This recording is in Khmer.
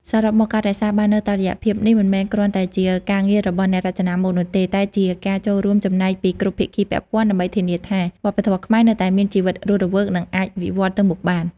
សរុបមក ការរក្សាបាននូវតុល្យភាពនេះ មិនមែនគ្រាន់តែជាការងាររបស់អ្នករចនាម៉ូដនោះទេ តែជាការចូលរួមចំណែកពីគ្រប់ភាគីពាក់ព័ន្ធដើម្បីធានាថាវប្បធម៌ខ្មែរនៅតែមានជីវិតរស់រវើក និងអាចវិវត្តទៅមុខបាន។